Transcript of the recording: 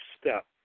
step